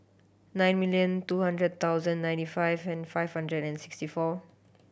nine million two hundred thousand ninety five and five hundred and sixty four